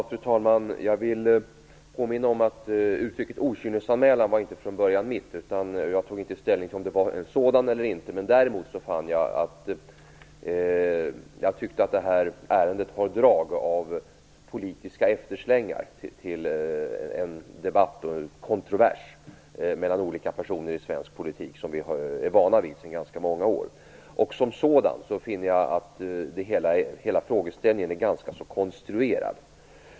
Fru talman! Jag vill påminna om att uttrycket okynnesanmälan inte från början var mitt, och jag tog inte ställning till om det var en sådan eller inte. Däremot tycker jag att det här ärendet har drag av politiska efterslängar till en debatt och kontrovers mellan olika personer i svensk politik, vilket vi är vana vid sedan ganska många år tillbaka. Som sådan finner jag att hela frågeställningen är ganska konstruerad.